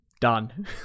done